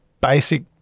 basic